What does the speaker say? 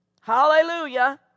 Hallelujah